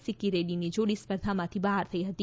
સીક્કી રેડ્ડીની જોડી સ્પર્ધામાંથી બહાર થઇ હતી